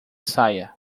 saia